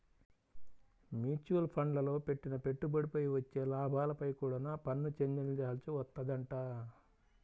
mutual ఫండ్లల్లో పెట్టిన పెట్టుబడిపై వచ్చే లాభాలపై కూడా పన్ను చెల్లించాల్సి వత్తదంట